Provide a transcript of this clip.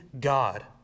God